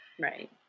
right